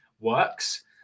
works